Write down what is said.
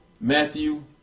Matthew